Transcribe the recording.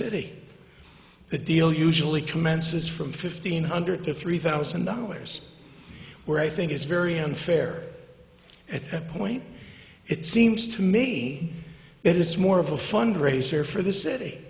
city that deal usually commences from fifteen hundred to three thousand dollars where i think it's very unfair at that point it seems to me it's more of a fundraiser for the city